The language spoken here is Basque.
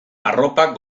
arropak